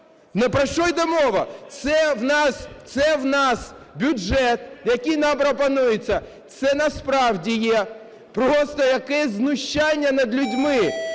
Про що йде мова? Це в нас бюджет, який нам пропонується, це насправді є просто якесь знущання над людьми.